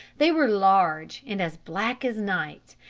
they were large and as black as night,